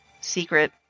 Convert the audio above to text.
secret